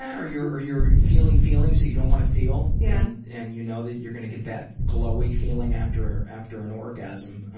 or you're or you're feeling feelings that you don't want to feel yeah and you know that you're gonna get that glowy feeling after after an orgasm,